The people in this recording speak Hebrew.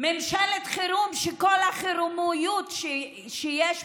ממשלת חירום שכל החירומיות שיש בה,